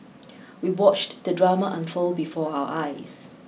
we watched the drama unfold before our eyes